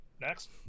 next